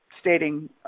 stating